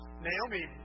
Naomi